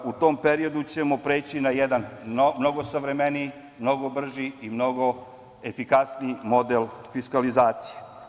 U tom periodu ćemo preći na jedan mnogo savremeniji, mnogo brži i mnogo efikasniji model fiskalizacije.